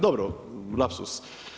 Dobro lapsus.